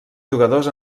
jugadors